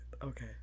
Okay